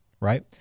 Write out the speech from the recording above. right